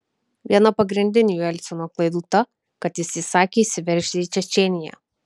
viena pagrindinių jelcino klaidų ta kad jis įsakė įsiveržti į čečėniją